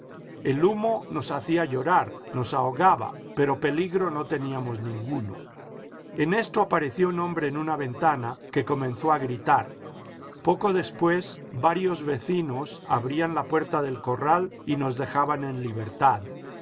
el humo nos hacía llorar nos ahogaba pero peligro no teníamos ninguno en esto apareció un hombre en una ventana que comenzó a gritar poco después varios vecinos abrían la puerta del corral y nos dejaban en libertad